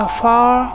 Afar